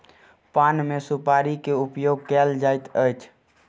पान मे सुपाड़ी के उपयोग कयल जाइत अछि